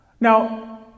Now